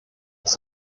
das